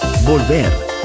Volver